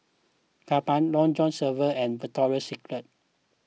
Kappa Long John Silver and Victoria Secret